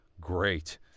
great